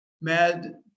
mad